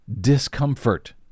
discomfort